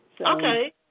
Okay